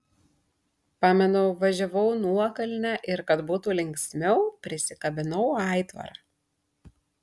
pamenu važiavau nuokalne ir kad būtų linksmiau prisikabinau aitvarą